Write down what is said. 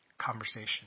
conversation